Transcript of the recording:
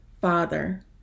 Father